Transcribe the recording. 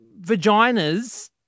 vaginas-